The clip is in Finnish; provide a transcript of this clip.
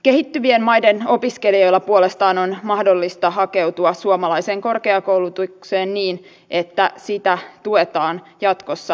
kehittyvien maiden opiskelijoille puolestaan on mahdollista hakeutua suomalaiseen korkeakoulutukseen niin että sitä tuetaan jatkossa tehokkaalla apurahajärjestelmällä